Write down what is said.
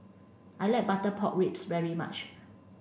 I like butter pork ribs very much